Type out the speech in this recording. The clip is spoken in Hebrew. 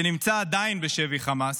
שנמצא עדיין בשבי חמאס,